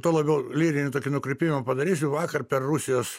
tuo labiau lyrinį tokį nukrypimą padarysiu vakar per rusijos